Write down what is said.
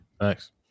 thanks